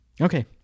okay